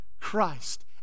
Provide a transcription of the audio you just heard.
Christ